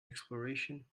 exploration